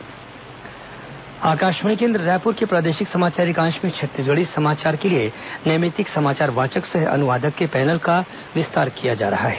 Akashvani Chhattisgarhi panel Akashvani केन्द्र रायपुर के प्रादेशिक समाचार एकांश में छत्तीसगढ़ी समाचार के लिए नैमित्तिक समाचार वाचक सह अनुवादक के पैनल का विस्तार किया जा रहा है